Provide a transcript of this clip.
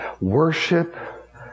Worship